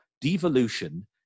devolution